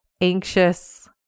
anxious